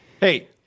hey